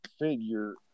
figure